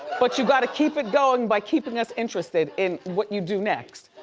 but you gotta keep it going by keeping us interested in what you do next.